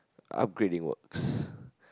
upgrade in works